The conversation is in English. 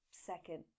second